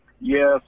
Yes